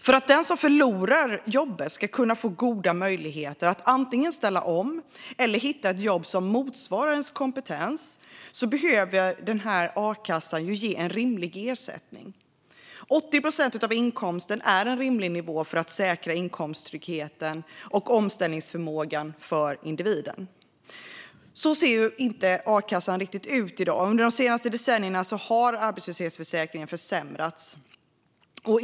För att den som förlorar jobbet ska kunna få goda möjligheter att antingen ställa om eller hitta ett jobb som motsvarar ens kompetens behöver a-kassan ge en rimlig ersättning. 80 procent av inkomsten är en rimlig nivå för att säkra inkomsttryggheten och omställningsförmågan för individen. Så ser a-kassan inte riktigt ut i dag. Under de senaste decennierna har arbetslöshetsförsäkringen försämrats.